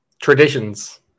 traditions